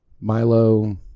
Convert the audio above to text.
Milo